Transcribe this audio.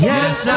Yes